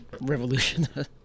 revolution